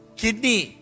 kidney